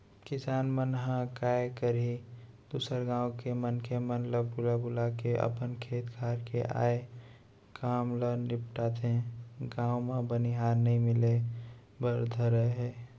किसान मन ह काय करही दूसर गाँव के मनखे मन ल बुला बुलाके अपन खेत खार के आय काम ल निपटाथे, गाँव म बनिहार नइ मिले बर धरय त